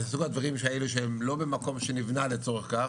מסוג הדברים שראינו שהם לא במקום שנבנה לצורך כך